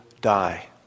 die